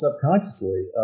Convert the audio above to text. subconsciously